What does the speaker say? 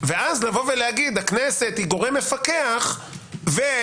ואז לומר שהכנסת היא גורם מפקח ועלינו